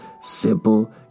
simple